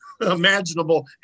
imaginable